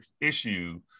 issue